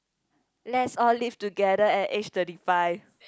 let's all live together at age thirty five